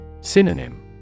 Synonym